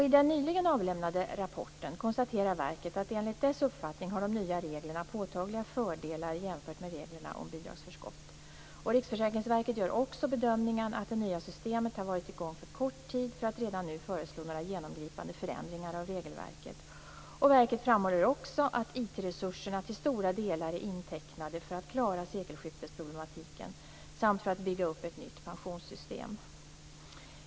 I den nyligen avlämnade rapporten konstaterar verket att enligt dess uppfattning har de nya reglerna påtagliga fördelar jämfört med reglerna om bidragsförskott. Riksförsäkringsverket gör också bedömningen att det nya systemet har varit i gång för kort tid för att det redan nu skall föreslå några genomgripande förändringar av regelverket. Verket framhåller också att IT-resurserna till stora delar är intecknade för att klara sekelskiftesproblematiken samt för att bygga upp ett nytt pensionssystem.